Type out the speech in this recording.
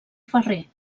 ferrer